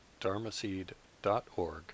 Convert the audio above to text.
dharmaseed.org